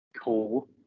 Cool